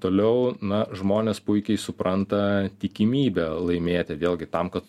toliau na žmonės puikiai supranta tikimybę laimėti vėlgi tam kad